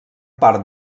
part